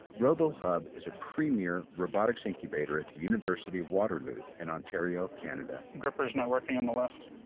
robohub is a premiere robotics incubator at the university of waterloo in ontario, canada. gripper's not working on the left.